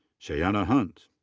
sheyanna hunt.